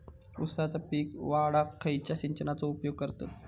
ऊसाचा पीक वाढाक खयच्या सिंचनाचो उपयोग करतत?